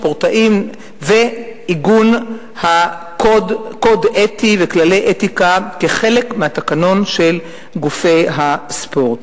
ספורטאים ועיגון קוד אתי וכללי אתיקה כחלק מהתקנון של גופי הספורט.